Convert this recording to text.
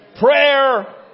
Prayer